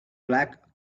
black